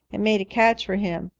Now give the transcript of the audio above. and made a clutch for him.